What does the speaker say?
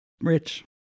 Rich